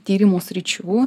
tyrimo sričių